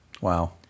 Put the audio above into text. Wow